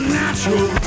natural